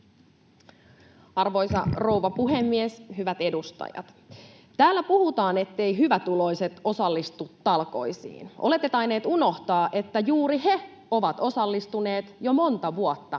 Arvoisa rouva puhemies! Hyvät edustajat! Täällä puhutaan, etteivät hyvätuloiset osallistu talkoisiin. Olette tainneet unohtaa, että juuri he ovat osallistuneet jo monta vuotta